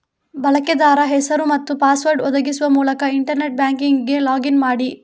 ಬಳಕೆದಾರ ಹೆಸರು ಮತ್ತು ಪಾಸ್ವರ್ಡ್ ಒದಗಿಸುವ ಮೂಲಕ ಇಂಟರ್ನೆಟ್ ಬ್ಯಾಂಕಿಂಗಿಗೆ ಲಾಗ್ ಇನ್ ಮಾಡಿ